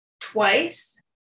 twice